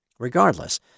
Regardless